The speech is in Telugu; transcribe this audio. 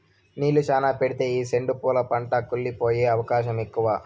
నీళ్ళు శ్యానా పెడితే ఈ సెండు పూల పంట కుళ్లి పోయే అవకాశం ఎక్కువ